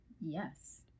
Yes